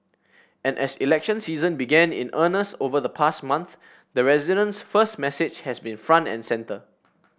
and as election season began in earnest over the past month the residents first message has been front and centre